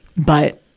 but,